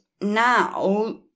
now